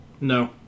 No